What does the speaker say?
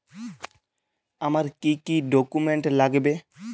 আমার কি কি ডকুমেন্ট লাগবে?